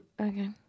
okay